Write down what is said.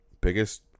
biggest